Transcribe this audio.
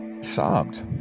sobbed